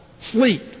Sleep